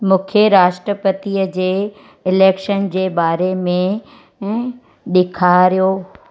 मूंखे राष्ट्रपतिअ जे इलेक्शन जे बारे मे ॾेखारियो